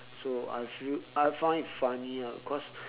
so I feel I found it funny ah cause